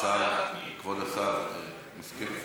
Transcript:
כבוד השר, מסכים?